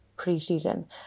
pre-season